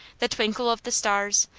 the twinkle of the stars,